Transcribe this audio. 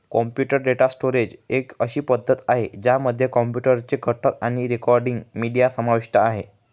computer data storage एक अशी पद्धती आहे, ज्यामध्ये कॉम्प्युटर चे घटक आणि रेकॉर्डिंग, मीडिया समाविष्ट आहे